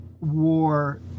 war